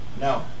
no